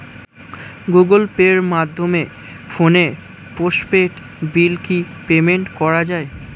Google পের মাধ্যমে ফোনের পোষ্টপেইড বিল কি পেমেন্ট করা যায়?